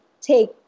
take